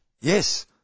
Yes